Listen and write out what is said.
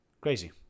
Crazy